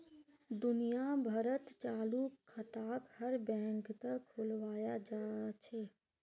दुनिया भरत चालू खाताक हर बैंकत खुलवाया जा छे